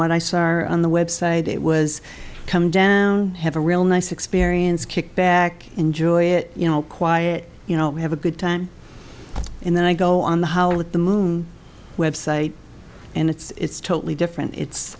what i see are on the website it was come down have a real nice experience kick back enjoy it you know quiet you know have a good time and then i go on the howl at the moon website and it's totally different it's